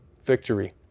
victory